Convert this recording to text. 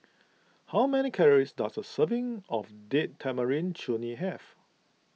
how many calories does a serving of Date Tamarind Chutney have